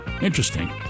interesting